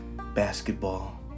basketball